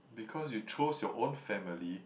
because you chose your own family